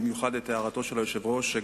במיוחד את הערתו של היושב-ראש,